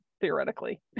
theoretically